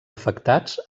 afectats